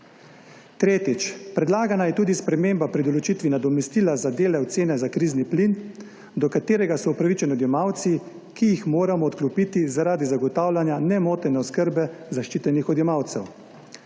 Tretjič, predlagana je tudi sprememba pri določitvi nadomestila za dele cene za krizni plin, do katerega so upravičeni odjemalci, ki jih moramo odklopiti zaradi zagotavljanja nemotene oskrbe zaščitenih odjemalcev.